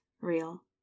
real